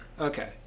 Okay